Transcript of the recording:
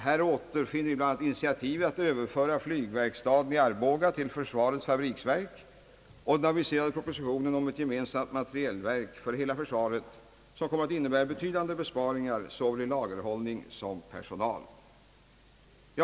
Här återfinner vi bl.a. initiativet att överföra flygverkstaden i Arboga till försvarets fabriksverk och den aviserade propositionen om ett gemensamt materielverk för hela försvaret, vilket kommer att innebära betydande besparingar såväl i lagerhållning som i personal.